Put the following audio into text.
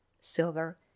silver